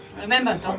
remember